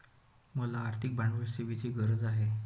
मला आर्थिक भांडवल सेवांची गरज आहे